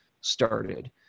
started